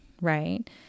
right